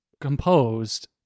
composed